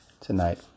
tonight